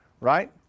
right